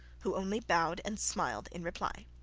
who only bowed and smiled in reply.